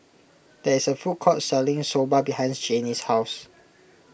there is a food court selling Soba behind Janey's house